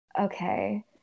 okay